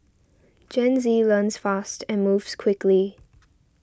Gen Z learns fast and moves quickly